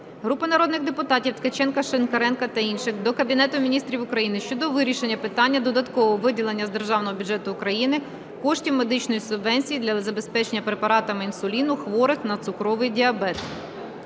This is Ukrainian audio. Групи народних депутатів (Ткаченка, Шинкаренка та інших) до Кабінету Міністрів України щодо вирішення питання додаткового виділення з Державного бюджету України коштів медичної субвенції для забезпечення препаратами інсуліну хворих на цукровий діабет.